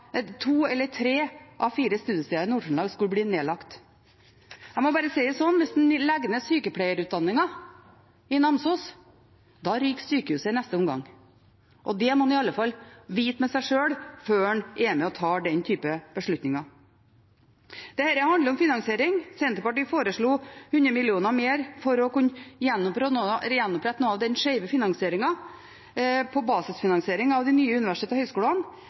fire studiesteder i Nord-Trøndelag skulle bli nedlagt. Jeg må bare si det slik: Hvis en legger ned sykepleierutdanningen i Namsos, ryker sykehuset i neste omgang, det må en i alle fall vite med seg sjøl før en er med og tar den typen beslutninger. Dette handler om finansiering. Senterpartiet foreslo 100 mill. kr mer for å kunne gjenopprette noe av den skeive finansieringen på basisfinansiering av de nye universitetene og høyskolene,